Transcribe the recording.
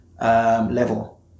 level